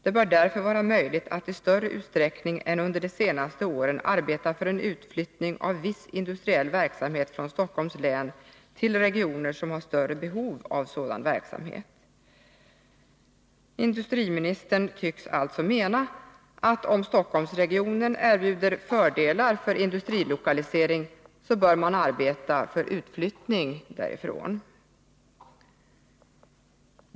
Det bör därför vara möjligt att i större utsträckning än under de senaste åren arbeta för utflyttning av viss industriell verksamhet från Stockholms län till regioner som har större behov av sådan verksamhet.” Industriministern tycks alltså mena, att om Stockholmsregionen erbjuder fördelar för industrilokalisering, så bör man arbeta för utflyttning därifrån!